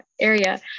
area